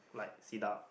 like sit up